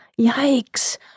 yikes